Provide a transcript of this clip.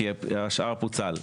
כי השאר פוצל.